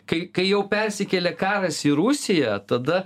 kai kai jau persikėlė karas į rusiją tada